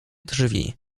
drzwi